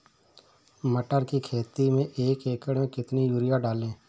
मटर की खेती में एक एकड़ में कितनी यूरिया डालें?